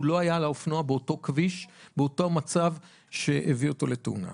הוא לא היה על האופנוע באותו כביש ובאותו מצב שהביא אותו לתאונה.